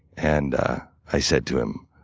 and i said to him,